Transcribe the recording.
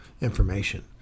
information